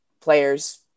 players